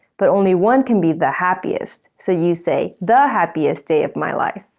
but only one can be the happiest, so you say the happiest day of my life.